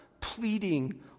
pleading